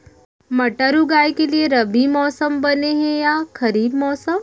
मटर उगाए के लिए रबि मौसम बने हे या खरीफ मौसम?